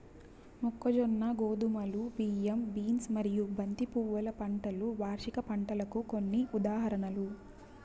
మొక్కజొన్న, గోధుమలు, బియ్యం, బీన్స్ మరియు బంతి పువ్వుల పంటలు వార్షిక పంటలకు కొన్ని ఉదాహరణలు